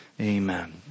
amen